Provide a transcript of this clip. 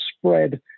spread